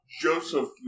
Joseph